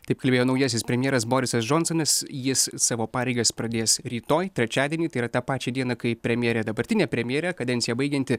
taip kalbėjo naujasis premjeras borisas džonsonas jis savo pareigas pradės rytoj trečiadienį tai yra tą pačią dieną kai premjerė dabartinė premjerė kadenciją baigianti